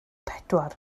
pedwar